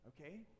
Okay